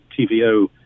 TVO